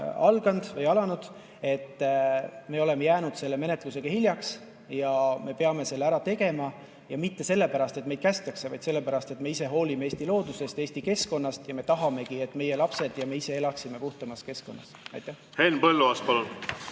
vastu on alanud. Me oleme jäänud selle menetlusega hiljaks ja me peame selle ära tegema. Ja mitte sellepärast, et meid kästakse, vaid sellepärast, et me ise hoolime Eesti loodusest, Eesti keskkonnast, ja me tahame, et meie lapsed ja me ise elaksime puhtamas keskkonnas. Mul